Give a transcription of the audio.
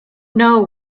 know